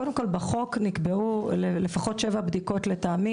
קודם כל בחוק נקבעו לפחות שבע בדיקות לטעמי,